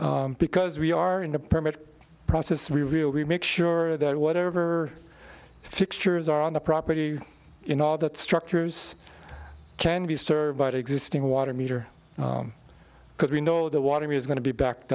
because we are in the permit process revealed we make sure that whatever fixtures are on the property that structures can be served by the existing water meter because we know the water is going to be backed